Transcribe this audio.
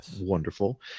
wonderful